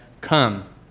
come